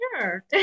Sure